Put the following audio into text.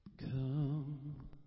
Come